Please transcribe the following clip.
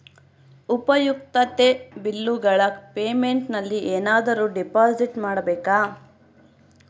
ಉಪಯುಕ್ತತೆ ಬಿಲ್ಲುಗಳ ಪೇಮೆಂಟ್ ನಲ್ಲಿ ಏನಾದರೂ ಡಿಪಾಸಿಟ್ ಮಾಡಬೇಕಾ?